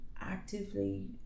actively